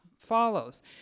follows